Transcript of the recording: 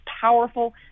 powerful